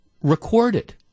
recorded